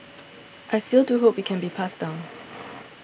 I still do hope it can be passed down